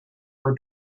for